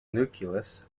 nucleus